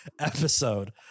episode